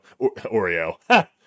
oreo